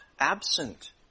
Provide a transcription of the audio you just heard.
absent